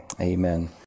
amen